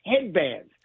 headbands